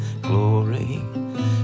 glory